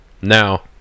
Now